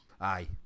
Aye